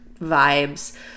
vibes